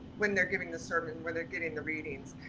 when they're giving the sermon when they're getting the readings,